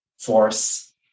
force